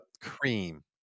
cream